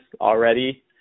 already